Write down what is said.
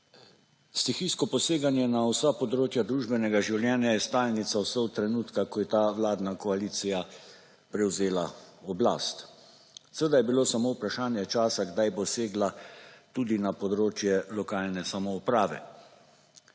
Stihijsko poseganje na vsa področja družbenega življenja je stalnica vse od trenutka, ko je ta vladna koalicija prevzela oblast. Seveda je bilo samo vprašanje časa kdaj bo segla tudi na področje lokalne samouprave.